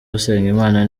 usengimana